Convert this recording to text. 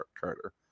Carter